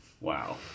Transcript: Wow